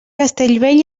castellbell